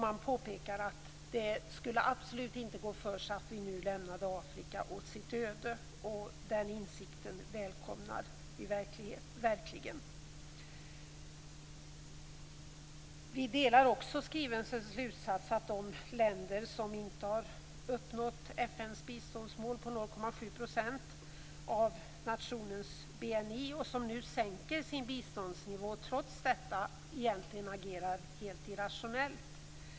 Man påpekar att det absolut inte skulle gå för sig att vi nu lämnade Afrika åt sitt öde. Den insikten välkomnar vi verkligen. Vi delar också slutsatsen i skrivelsen att de länder som inte uppnått FN:s biståndsmål på 0,7 % av nationens BNI och som nu sänker sin biståndsnivå trots detta egentligen agerar helt irrationellt.